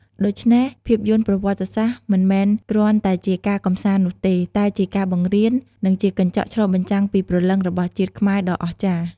ដូច្នេះ ភាពយន្តប្រវត្តិសាស្ត្រមិនមែនគ្រាន់តែជាការកម្សាន្តនោះទេ តែជាការបង្រៀន និងជាកញ្ចក់ឆ្លុះបញ្ចាំងពីព្រលឹងរបស់ជាតិខ្មែរដ៏អស្ចារ្យ។